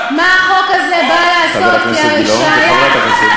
החוק הזה הוא תוצאה של חשיבה ישרה ושכל ישר,